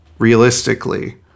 Realistically